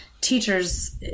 teachers